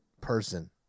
person